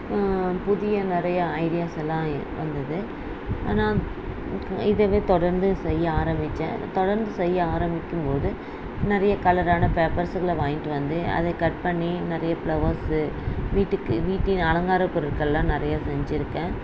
புதிய நிறைய ஐடியாஸெல்லாம் வந்தது ஆனால் இதுவே தொடர்ந்து செய்ய ஆரம்பிச்சேன் தொடர்ந்து செய்ய ஆரம்மிக்கும்போது நிறைய கலரான பேப்பர்ஸ்ங்கள வாங்கிட்டு வந்து அதை கட் பண்ணி நிறைய ஃப்ளவர்ஸ் வீட்டுக்கு வீட்டில் அலங்காரப்பொருட்கள்லாம் நிறைய செஞ்சுருக்கன்